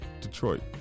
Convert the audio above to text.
Detroit